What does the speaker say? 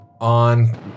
on